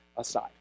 aside